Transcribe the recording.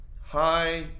hi